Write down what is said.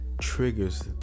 triggers